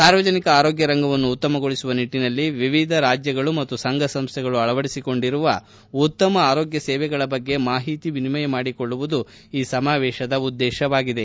ಸಾರ್ವಜನಿಕ ಆರೋಗ್ಯ ರಂಗವನ್ನು ಉತ್ತಮಗೊಳಿಸುವ ನಿಟ್ಸನಲ್ಲಿ ವಿವಿಧ ರಾಜ್ಯಗಳು ಮತ್ತು ಸಂಘಸಂಸ್ಟೆಗಳು ಅಳವಡಿಸಿಕೊಂಡಿರುವ ಉತ್ತಮ ಆರೋಗ್ಯ ಸೇವೆಗಳ ಬಗ್ಗೆ ಮಾಹಿತಿ ವಿನಿಮಯ ಮಾಡಿಕೊಳ್ಳುವುದು ಈ ಸಮಾವೇಶದ ಉದ್ದೇಶವಾಗಿದೆ